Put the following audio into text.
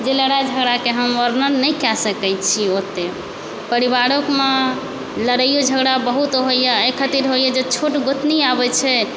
जे लड़ाइ झगड़ाके वर्णन हम नहि कए सकै छी ओते परिवारोमे लड़ाइओ झगड़ा बहुत होइया एहि खातिर होइया जे छोट गोतनी आबै छै